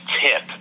tip